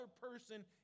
person